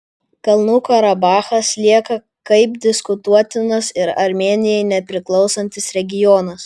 kalnų karabachas lieka kaip diskutuotinas ir armėnijai nepriklausantis regionas